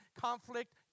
conflict